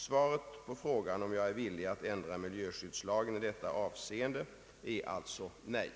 Svaret på frågan om jag är villig att ändra miljöskyddslagen i detta avseende är alltså nej.